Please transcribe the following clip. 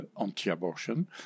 anti-abortion